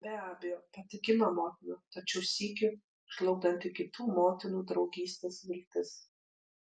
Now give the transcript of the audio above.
be abejo patikima motina tačiau sykiu žlugdanti kitų motinų draugystės viltis